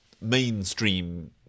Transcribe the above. mainstream